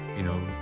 you know,